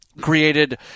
created